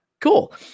Cool